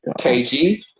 KG